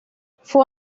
fue